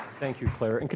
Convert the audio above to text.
thank you, claire. and